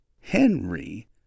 henry